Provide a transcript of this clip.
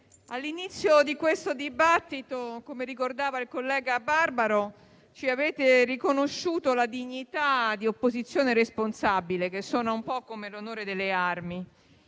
all'inizio di questo dibattito - come ricordava il collega senatore Barbaro - ci avete riconosciuto la dignità di opposizione responsabile, che suona un po' come l'onore delle armi.